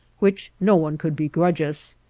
which no one could begrudge us.